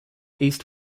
east